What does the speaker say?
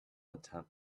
attempt